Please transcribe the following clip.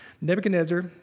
Nebuchadnezzar